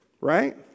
Right